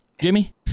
Jimmy